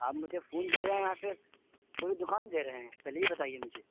آپ مجھے فون دے رہے ہیں یا پھر پوری دکان دے رہے ہیں پہلے یہ بتائیے مجھے